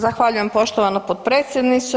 Zahvaljujem poštovana potpredsjednice.